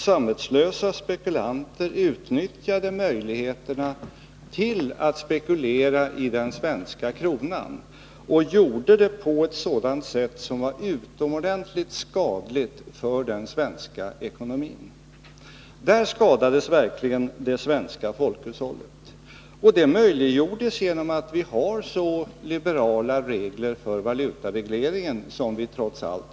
Samvetslösa spekulanter utnyttjade ju möjligheterna till spekulation i den svenska kronan och gjorde det på ett sätt som var utomordentligt skadligt för den svenska ekonomin. Då skadades verkligen det svenska folkhushållet. Detta möjliggjordes därför att vi trots allt har så liberala regler för valutaregleringen.